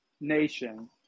nation